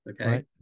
Okay